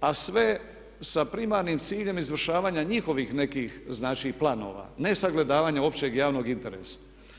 a sve sa primarnim ciljem izvršavanja njihovih nekih planova ne sagledavanja općeg javnog interesa.